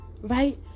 right